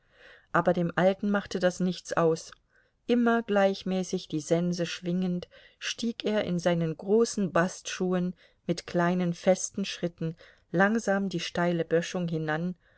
aber dem alten machte das nichts aus immer gleichmäßig die sense schwingend stieg er in seinen großen bastschuhen mit kleinen festen schritten langsam die steile böschung hinan